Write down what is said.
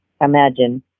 imagine